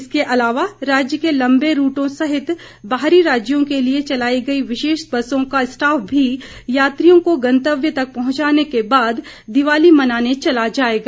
इसके अलावा राज्य के लंबे रूटों सहित बाहरी राज्यों के लिए चलाई गई विशेष बसों का स्टाफ भी यात्रियों को गंतव्य तक पहुंचाने के बाद दिवाली मनाने चला जाएगा